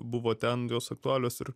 buvo ten jos aktualios ir